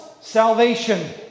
salvation